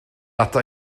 ata